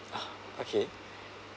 ah okay